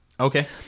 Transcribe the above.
Okay